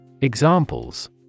Examples